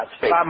Bye